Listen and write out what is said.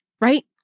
right